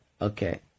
okay